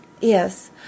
Yes